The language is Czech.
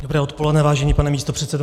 Dobré odpoledne, vážený pane místopředsedo.